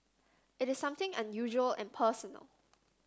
it is something unusual and personal